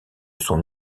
son